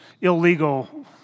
illegal